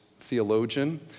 theologian